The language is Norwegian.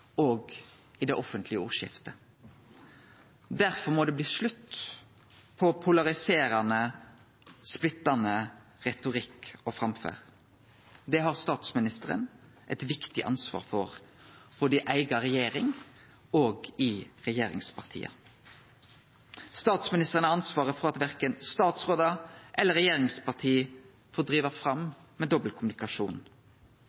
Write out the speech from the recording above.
og i det offentlege ordskiftet. Derfor må det bli slutt på polariserande og splittande retorikk og framferd. Det har statsministeren eit viktig ansvar for, både i eiga regjering og i regjeringspartia. Statsministeren har ansvaret for at verken statsrådar eller regjeringsparti får